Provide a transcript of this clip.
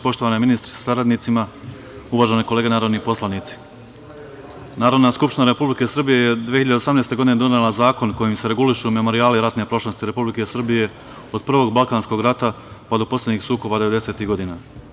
Poštovani ministri sa saradnicima, uvažene kolege narodni poslanici, Narodna skupština Republike Srbije je 2018. godine donela zakon kojim se regulišu Memorijali ratne prošlosti Republike Srbije od Prvog balkanskog rata, pa do poslednjih sukoba devedesetih godina.